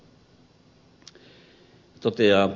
hän toteaa